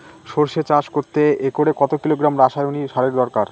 সরষে চাষ করতে একরে কত কিলোগ্রাম রাসায়নি সারের দরকার?